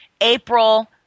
April